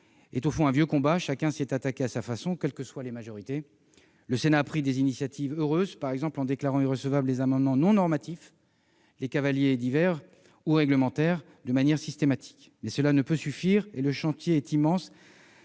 est au fond un vieux combat. Chacun s'y est attaqué à sa façon, quelles que soient les majorités. Le Sénat a pris des initiatives heureuses, par exemple, en déclarant irrecevables de manière systématique les amendements non normatifs, les cavaliers divers ou réglementaires. Mais cela ne peut suffire, et le chantier est immense,